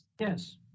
Yes